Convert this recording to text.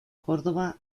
córdoba